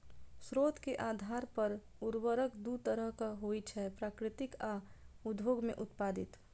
स्रोत के आधार पर उर्वरक दू तरहक होइ छै, प्राकृतिक आ उद्योग मे उत्पादित